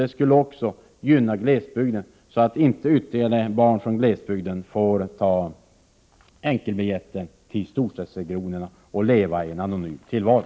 Den skulle också gynna glesbygden, så att inte ytterligare barn från glesbygden får lösa enkelbiljett till storstadsregionerna och leva i en anonym tillvaro.